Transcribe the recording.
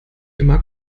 immer